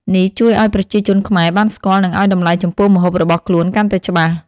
នេះជួយឲ្យប្រជាជនខ្មែរបានស្គាល់ និងឲ្យតម្លៃចំពោះម្ហូបរបស់ខ្លួនកាន់តែច្បាស់។